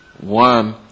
one